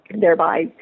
thereby